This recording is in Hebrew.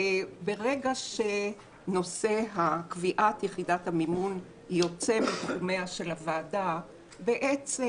ברגע שנושא קביעת יחידת המימון יוצא מתחומיה של הוועדה בעצם